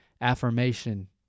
affirmation